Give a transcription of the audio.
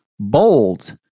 Bold